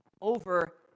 over